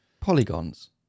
Polygons